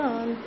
on